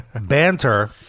banter